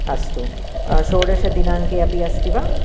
अस्तु षोडशदिनाङ्के अपिअस्ति वा